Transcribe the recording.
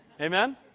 Amen